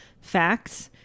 facts